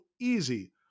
easy